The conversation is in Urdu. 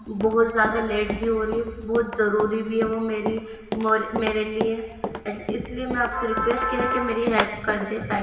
بہت زیادہ لیٹ بھی ہو رہی ہوں بہت ضروری بھی ہے وہ میری مور میرے لیے اس لیے میں آپ سے ریکویسٹ ہے کہ میری ہیلپ کر دیں تاکہ